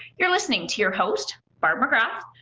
you're listening to your host barb mcgrath.